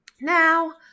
Now